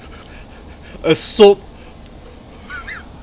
a soap